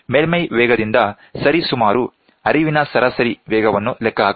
ಮೇಲ್ಮೈ ವೇಗದಿಂದ ಸರಿಸುಮಾರು ಹರಿವಿನ ಸರಾಸರಿ ವೇಗವನ್ನು ಲೆಕ್ಕ ಹಾಕಬಹುದು